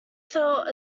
felt